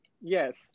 Yes